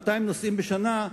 ב-200 נושאים בשנה,